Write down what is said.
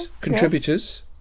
contributors